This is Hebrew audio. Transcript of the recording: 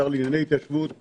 השר לענייני ההתיישבות,